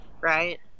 right